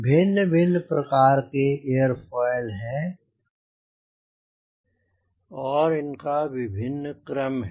भिन्न भिन्न प्रकार के एयरोफॉयल हैं और इनका विभिन्न क्रम है